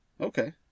Okay